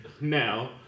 Now